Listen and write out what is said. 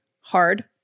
hard